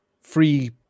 Free